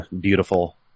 beautiful